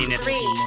three